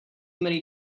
many